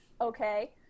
Okay